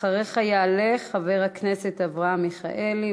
אחריך יעלה חבר הכנסת אברהם מיכאלי,